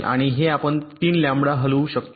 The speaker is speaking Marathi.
आणि हे आपण 3 लॅम्बडा हलवू शकता